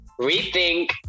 rethink